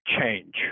change